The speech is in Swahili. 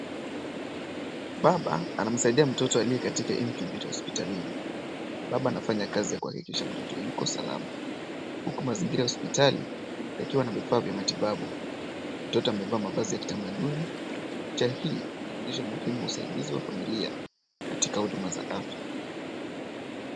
Baba anamsaidia mtoto aliye katika incubator hospitalini. Baba anafanya kazi ya kuhakikisha mtoto yuko salama huku mazingira ya hospitali yakiwa na vifaa vya matibabu. Mtoto amevaa mavazi ya kitamaduni na picha hii inaonyesha umuhimu wa usaidizi wa familia katika huduma za afya.